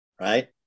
Right